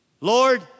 Lord